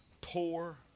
poor